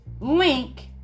link